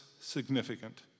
significant